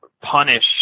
punish